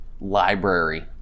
library